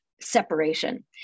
separation